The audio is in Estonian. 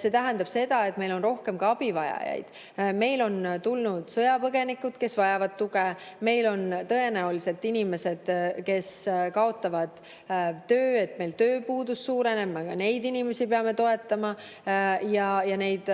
see tähendab seda, et meil on rohkem ka abivajajaid. Meile on tulnud sõjapõgenikud, kes vajavad tuge, meil on tõenäoliselt inimesi, kes kaotavad töö, ja tööpuudus suureneb. Ka neid inimesi peame toetama. Raha